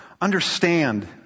understand